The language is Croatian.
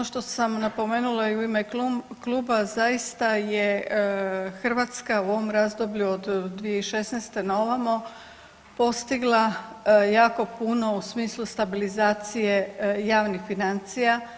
Da, ono što sam napomenula i u ime kluba zaista je Hrvatska u ovom razdoblju od 2016. na ovamo postigla jako puno u smislu stabilizacije javnih financija.